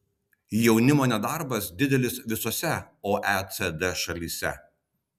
jaunimo nedarbas didelis visose oecd šalyse